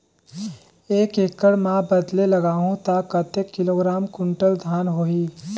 एक एकड़ मां बदले लगाहु ता कतेक किलोग्राम कुंटल धान होही?